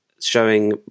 showing